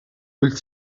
vull